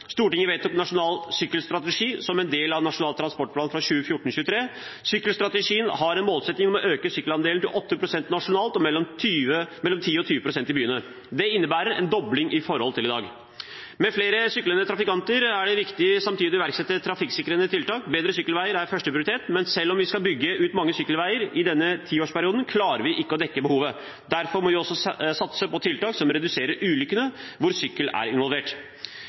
Stortinget vedtok Nasjonal sykkelstrategi som en del av Nasjonal transportplan for 2014–2023. Sykkelstrategien har en målsetting om å øke sykkelandelen til 8 pst. nasjonalt og mellom 10 og 20 pst i byene. Det innebærer en dobling i forhold til i dag. Med flere syklende trafikanter er det riktig samtidig å iverksette trafikksikkerhetstiltak. Bedre sykkelveier er første prioritet, men selv om vi skal bygge ut mange sykkelveier i denne tiårsperioden, klarer vi ikke å dekke behovet. Derfor må vi også satse på tiltak som reduserer ulykkene hvor sykkel er involvert.